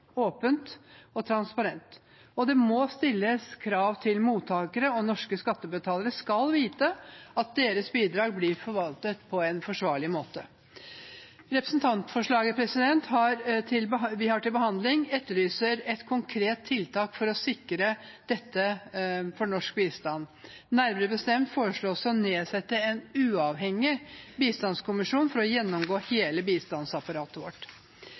åpent og transparent. Det må stilles krav til mottakere, og norske skattebetalere skal vite at deres bidrag blir forvaltet på en forsvarlig måte. Representantforslaget vi har til behandling, etterlyser et konkret tiltak for å sikre dette for norsk bistand. Nærmere bestemt foreslås det å nedsette en uavhengig bistandskommisjon for å gjennomgå hele bistandsapparatet vårt.